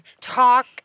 talk